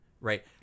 right